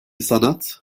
sanat